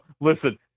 Listen